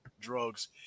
drugs